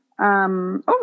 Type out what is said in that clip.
over